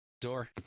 door